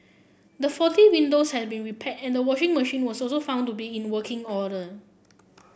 the faulty windows had been repaired and the washing machine was also found to be in working order